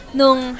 nung